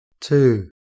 Two